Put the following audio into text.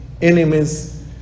enemies